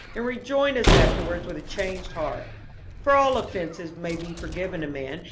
and rejoin us afterwards with a changed heart for all offenses may be forgiven a man,